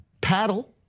paddle